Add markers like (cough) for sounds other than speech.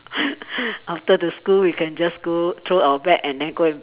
(laughs) after the school we can just go throw our bag and then go and